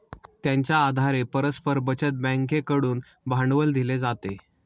त्यांच्या आधारे परस्पर बचत बँकेकडून भांडवल दिले जाते